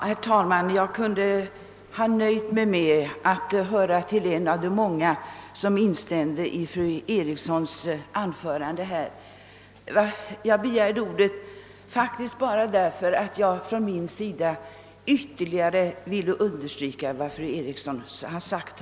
Herr talman! Jag kunde ha nöjt mig med att vara en av de många som instämde i fru Erikssons i Stockholm anförande. Anledningen till att jag begärde ordet var faktiskt bara att jag ytterligare ville understryka vad fru Eriksson har sagt.